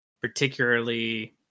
particularly